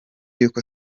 yuko